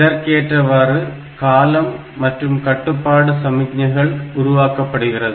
இதற்கேற்றவாறு காலம் மற்றும் கட்டுப்பாடு சமிக்ஞைகள் உருவாக்கப்படுகிறது